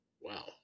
Wow